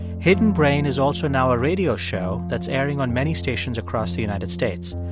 hidden brain is also now a radio show that's airing on many stations across the united states.